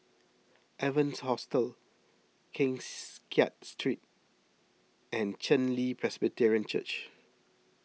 Evans Hostel Kengs Kiat Street and Chen Li Presbyterian Church